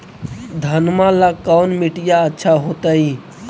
घनमा ला कौन मिट्टियां अच्छा होतई?